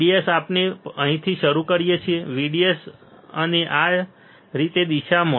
VDS આપણે અહીંથી શરૂ કરીએ છીએ VDS અને આ રીતે દિશામાં